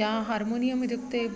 या harmonium इत्युक्ते